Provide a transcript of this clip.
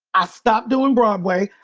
i stopped doing broadway.